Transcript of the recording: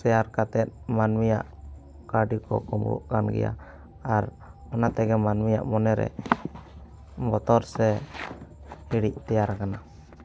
share ᱠᱟᱛᱮᱫ ᱢᱟᱹᱱᱢᱤᱭᱟᱜ ᱠᱟᱹᱣᱰᱤ ᱠᱚ ᱠᱩᱢᱵᱽᱲᱩᱜ ᱠᱟᱱ ᱜᱮᱭᱟ ᱟᱨ ᱚᱱᱟᱛᱮᱜᱮ ᱢᱟᱹᱱᱢᱤᱭᱟᱜ ᱢᱚᱱᱮ ᱨᱮ ᱵᱚᱛᱚᱨ ᱥᱮ ᱦᱤᱲᱤᱡ ᱛᱮᱭᱟᱨ ᱟᱠᱟᱱᱟ